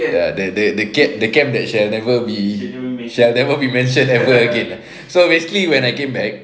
ya the the camp the camp that shall never be we shall never be mentioned ever again so basically when I came back